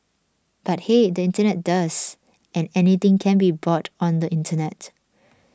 but hey the Internet does and anything can be bought on the Internet